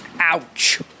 Ouch